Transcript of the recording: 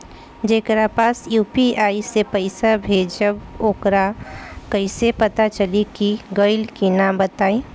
जेकरा पास यू.पी.आई से पईसा भेजब वोकरा कईसे पता चली कि गइल की ना बताई?